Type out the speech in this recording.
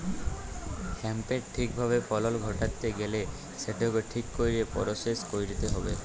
হ্যাঁম্পের ঠিক ভাবে ফলল ঘটাত্যে গ্যালে সেটকে ঠিক কইরে পরসেস কইরতে হ্যবেক